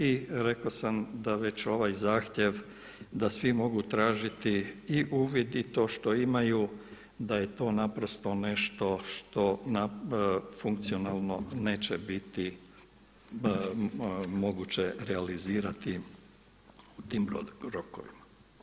I rekao sam već da ovaj zahtjev, da svi mogu tražiti i uvid i to što imaju da je to naprosto nešto što funkcionalno neće biti moguće realizirati u tim rokovima.